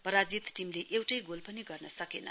पराजित टीमले एउटै गोल पनि गर्न सकेन